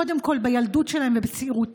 קודם כול בילדות שלהן ובצעירותן,